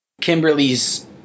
Kimberly's